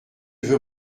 veux